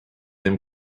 them